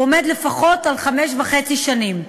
הוא עומד לפחות על חמש שנים וחצי,